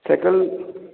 cycle